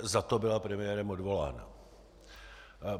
Za to byla premiérem odvolána.